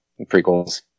Prequels